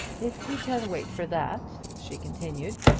if you can wait for that, she continued,